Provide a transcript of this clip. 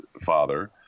father